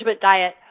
diet